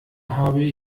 habe